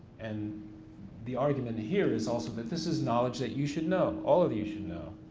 and the argument here is also that this is knowledge that you should know, all of you should know.